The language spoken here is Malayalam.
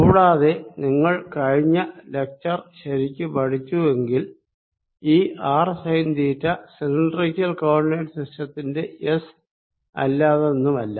കൂടാതെ നിങ്ങൾ കഴിഞ്ഞ ലക്ചർ ശരിക്ക് പഠിച്ചു എങ്കിൽ ഈ r sine theta cylindrical coordinate സിസ്റ്റത്തിന്റെ എസ് അല്ലാതൊന്നുമല്ല